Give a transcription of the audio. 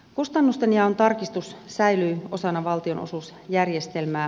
kustannustenjaon tarkistus säilyy osana valtionosuusjärjestelmää